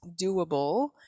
doable